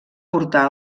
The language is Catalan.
portar